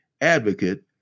advocate